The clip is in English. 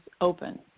open